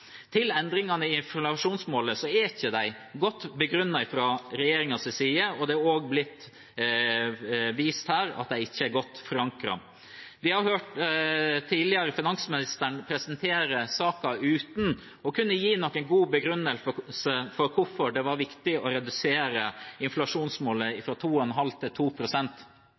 Til endringene i inflasjonsmålet: De er ikke godt begrunnet fra regjeringens side, og det er også blitt vist her at de ikke er godt forankret. Vi har tidligere hørt finansministeren presentere saken uten å kunne gi noen god begrunnelse for hvorfor det var viktig å redusere inflasjonsmålet fra 2,5 pst. til